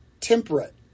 temperate